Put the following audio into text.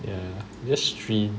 ya just stream